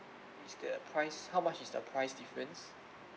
is the price how much is the price difference